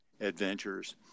adventures